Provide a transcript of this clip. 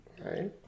Right